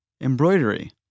Embroidery